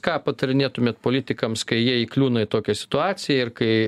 ką patarinėtumėt politikams kai jie įkliūna į tokią situaciją ir kai